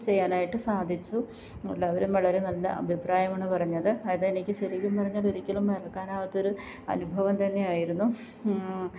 ചെയ്യാനായിട്ട് സാധിച്ചു എല്ലാവരും വളരെ നല്ല അഭിപ്രായമാണ് പറഞ്ഞത് അത് എനിക്ക് ശരിക്കും പറഞ്ഞാൽ ഒരിക്കലും മറക്കാനാവാത്തൊരു അനുഭവം തന്നെ ആയിരുന്നു